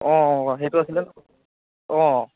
অঁ সেইটো আছিলে ন অঁ